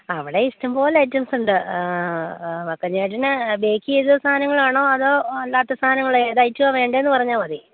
അവിടെ ഇഷ്ടപോലെ ഐറ്റംസ് ഉണ്ട് വക്കന് ചേട്ടന് ബേക്ക് ചെയ്ത സാധനങ്ങളാണോ അതോ അല്ലാത്ത സാധനങ്ങളോ ഏത് ഐറ്റമാണ് വേണ്ടതെന്ന് പറഞ്ഞാൽ മതി